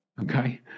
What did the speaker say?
okay